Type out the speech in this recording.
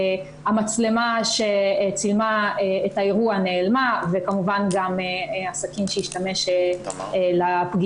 המצלמה שצילמה את האירוע נעלמה וכמובן גם הסכין שהוא השתמש לפגיעה.